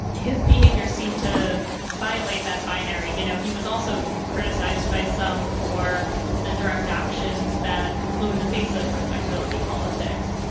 his behavior seemed to violate that binary. you know, he was also criticized by some for the direct actions that flew in the face of respectability politics.